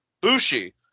Bushi